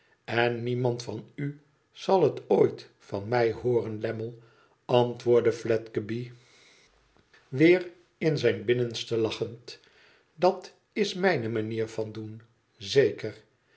n niemand van u zal het ooit van mij hooren lammie antwoordde fledgeby weer in zijn binnenste lachend dat mijne manier van doen zeker